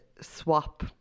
swap